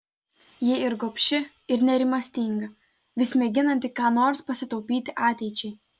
ji ir gobši ir nerimastinga vis mėginanti ką nors pasitaupyti ateičiai